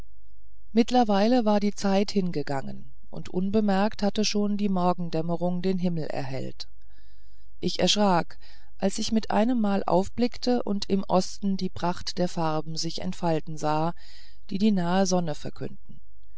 mittlerweile war die zeit hingegangen und unbemerkt hatte schon die morgendämmerung den himmel erhellt ich erschrak als ich mit einem mal aufblickte und im osten die pracht der farben sich entfalten sah die die nahe sonne verkünden